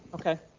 okay,